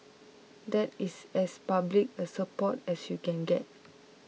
that is as public a support as you can get